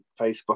Facebook